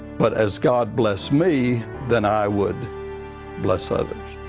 but as god blessed me, then i would bless others.